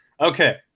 Okay